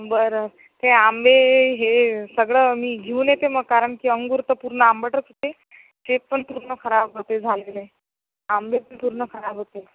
बरं ते आंबे ए हे सगळं मी घेऊन येते मग कारण की अंगूर तर पूर्ण आंबटच होते सेब पण पूर्ण खराब होते झालेले आंबे पण पूर्ण खराब होते